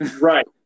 Right